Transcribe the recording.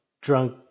drunk